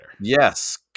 yes